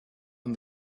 and